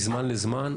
מזמן לזמן,